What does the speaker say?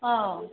ꯑꯥ